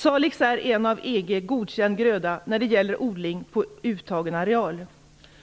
Salix är en av EG godkänd gröda när det gäller odling på uttagen areal.